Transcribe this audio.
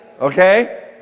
okay